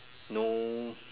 no